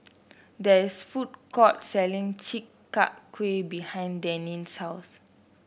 there is food court selling Chi Kak Kuih behind Denine's house